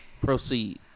proceed